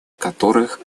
которых